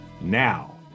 Now